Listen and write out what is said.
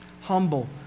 Humble